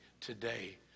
today